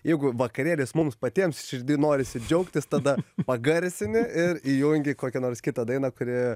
jeigu vakarėlis mums patiems širdy norisi džiaugtis tada pagarsini ir įjungi kokią nors kitą dainą kuri